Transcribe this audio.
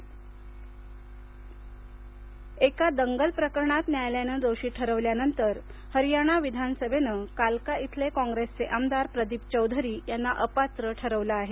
हुरियाणा आमदार एका दंगल प्रकरणात न्यायालयाने दोषी ठरवल्यानंतर हरियाणा विधानसभेने कालका येथील कॉग्रेसचे आमदार प्रदीप चौधरी यांना अपात्र ठरवले आहे